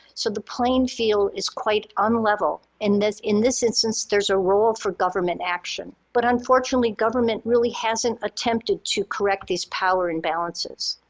so the playing field is quite unleveled. in this in this instance, there's a role for government action. but unfortunately, government really hasn't attempted to correct these power imbalances.